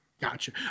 Gotcha